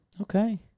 Okay